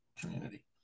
community